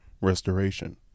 restoration